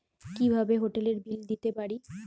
কিভাবে হোটেলের বিল দিতে পারি?